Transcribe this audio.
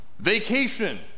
vacation